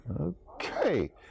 Okay